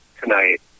tonight